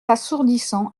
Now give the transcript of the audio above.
assourdissant